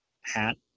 hat